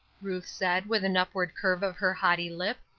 ruth said, with an upward curve of her haughty lip,